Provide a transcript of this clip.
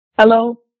Hello